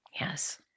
yes